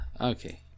Okay